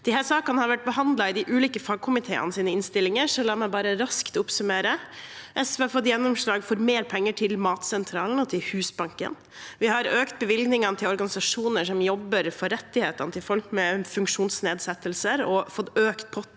Disse sakene har vært behandlet i de ulike fagkomiteenes innstillinger, så la meg bare raskt oppsummere: SV har fått gjennomslag for mer penger til Matsentralen og til Husbanken. Vi har økt bevilgningene til organisasjoner som jobber for rettighetene til folk med funksjonsnedsettelser, og fått økt potten